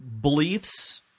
beliefs